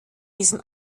diesem